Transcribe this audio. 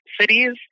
cities